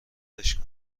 ولش